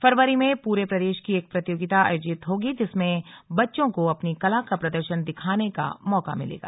फरवरी में पूरे प्रदेश की एक प्रतियोगिता आयोजित होगी जिसमे बच्चों को अपनी कला का प्रदर्शन दिखाने का मौका मिलेगा